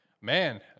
Man